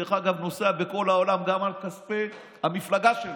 דרך אגב, נוסע בכל העולם, גם על כספי המפלגה שלו.